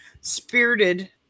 Spirited